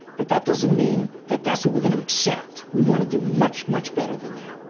but that doesn't mean that that's what we're going to accept. we want to do much, much better than that